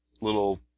little